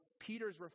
Peter's